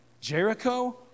Jericho